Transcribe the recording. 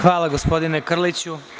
Hvala, gospodine Krliću.